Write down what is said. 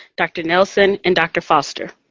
dr. nelson, and dr. foster.